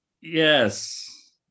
Yes